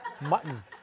Mutton